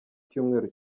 cyumweru